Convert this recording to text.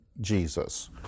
jesus